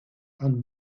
and